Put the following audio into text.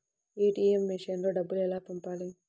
ATM మెషిన్లో డబ్బులు ఎలా పంపాలి?